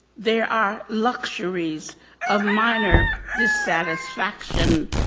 there are luxuries of minor dissatisfaction,